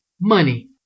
Money